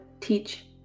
teach